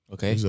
Okay